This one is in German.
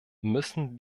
müssen